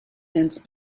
since